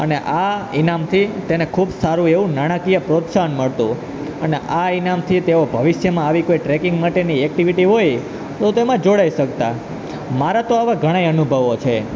અને આ ઈનામથી તેને ખૂબ સારો એવું નાણાંકીય પ્રોત્સાહન મળતું અને આ ઈનામથી તેઓ ભવિષ્યમાં આવી કોઈ ટ્રેકિંગ માટેની એકટીવીટી હોય તો તેમાં જોડાઈ શકતા મારા તો આવા ઘણાય અનુભવો છે